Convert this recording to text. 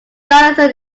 jonathan